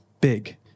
big